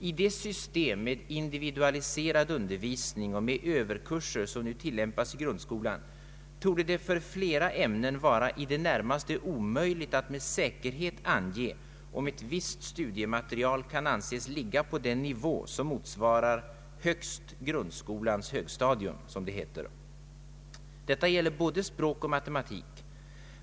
I det system med individualiserad undervisning och överkurser som nu tillämpas i grundskolan torde det för flera ämnen vara i det närmaste omöjligt att med säkerhet ange om ett visst studiematerial kan anses ligga på den nivå som motsvarar ”högst grundskolans högstadium”. Detta gäller både språk och matematik.